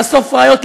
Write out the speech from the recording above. לאסוף ראיות,